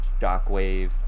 Shockwave